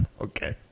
okay